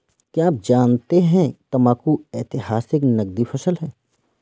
क्या आप जानते है तंबाकू ऐतिहासिक नकदी फसल है